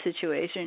situation